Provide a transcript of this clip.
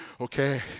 Okay